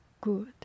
Good